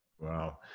Wow